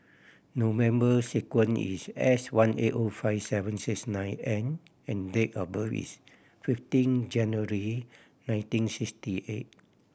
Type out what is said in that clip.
no member sequence is S one eight O five seven six nine N and date of birth is fifteen January nineteen sixty eight